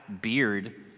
beard